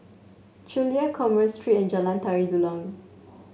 Chulia Commerce Street and Jalan Tari Dulang